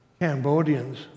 Cambodians